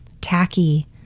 tacky